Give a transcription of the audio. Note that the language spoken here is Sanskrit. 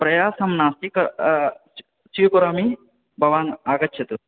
प्रयासं नास्ति स्वीकरोमि भवान् आगच्छतु